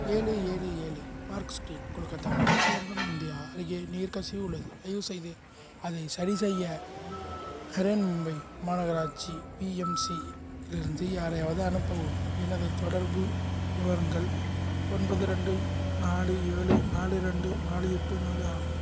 ஏழு ஏழு ஏழு பார்க் ஸ்ட்ரீட் கொல்கத்தா மேற்கு வங்கம் இந்தியா அருகே நீர் கசிவு உள்ளது தயவுசெய்து அதை சரிசெய்ய ஹரன் மும்பை மாநகராட்சி பிஎம்சி இலிருந்து யாரையாவது அனுப்பவும் எனது தொடர்பு விவரங்கள் ஒன்பது ரெண்டு நாலு ஏழு நாலு ரெண்டு நாலு எட்டு நாலு ஆகும்